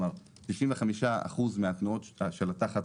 95% מתנועות התח"צ